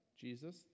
Jesus